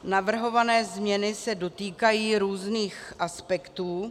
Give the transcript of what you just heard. Navrhované změny se dotýkají různých aspektů.